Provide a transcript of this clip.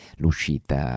l'uscita